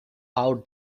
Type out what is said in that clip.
how